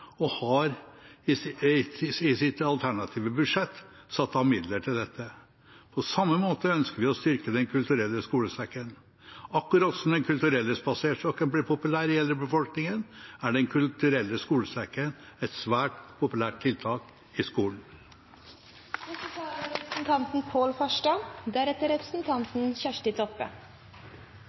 og har i sitt alternative budsjett satt av midler til dette. På samme måte ønsker vi å styrke Den kulturelle skolesekken. Akkurat som Den kulturelle spaserstokken ble populær i eldrebefolkningen, er Den kulturelle skolesekken et svært populært tiltak i skolen. Det er